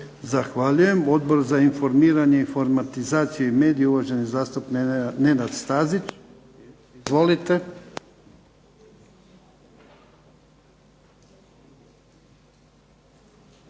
Zahvaljujem. Odbor za informiranje, informatizaciju i medije, uvaženi zastupnik Nenad Stazić. Izvolite.